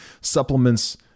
supplements